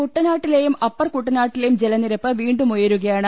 കുട്ടനാട്ടിലെയും അപ്പർകുട്ടനാട്ടിലെയും ജലനിരപ്പ് വീണ്ടും ഉയരുകയാണ്